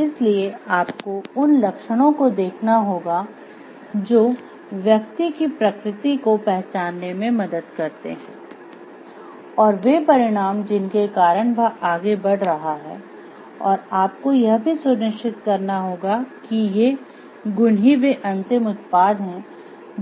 इसलिए आपको उन लक्षणों को देखना होगा जो व्यक्ति की प्रकृति को पहचानने में मदद करते हैं और वे परिणाम जिनके कारण वह आगे बढ़ रहा है और आपको यह भी सुनिश्चित करना होगा कि ये ये गुण ही वे अंतिम उत्पाद हैं